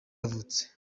yavutse